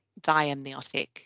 diamniotic